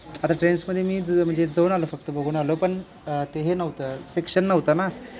आता ट्रेंड्समध्ये मी ज म्हणजे जाऊन आलो फक्त बघून आलो पण ते हे नव्हतं सेक्शन नव्हता ना